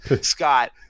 Scott